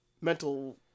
mental